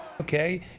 Okay